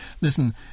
listen